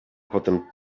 potem